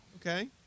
Okay